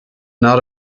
not